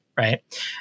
Right